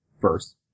first